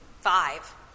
five